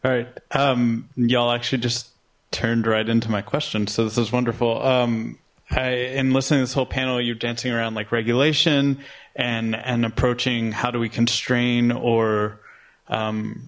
alright y'all actually just turned right into my question so this is wonderful in listening this whole panel you're dancing around like regulation and and approaching how do we constrain or